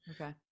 okay